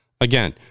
again